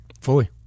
fully